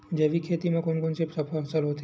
जैविक खेती म कोन कोन से फसल होथे?